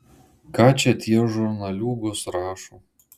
ką čia tie žurnaliūgos rašo